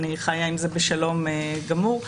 אני חיה עם זה בשלום גמור.